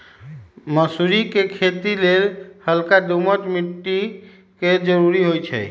मसुरी कें खेति लेल हल्का दोमट माटी के जरूरी होइ छइ